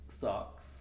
socks